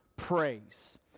praise